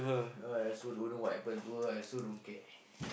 I also don't know what happen to her I also don't care